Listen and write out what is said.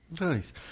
Nice